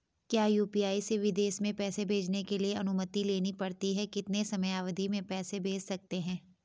क्या यु.पी.आई से विदेश में पैसे भेजने के लिए अनुमति लेनी पड़ती है कितने समयावधि में पैसे भेज सकते हैं?